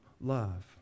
love